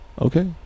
Okay